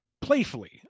playfully